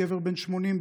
גבר בן 80,